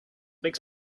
makes